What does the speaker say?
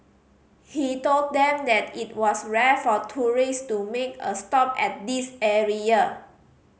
he told them that it was rare for tourist to make a stop at this area